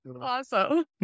Awesome